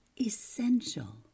essential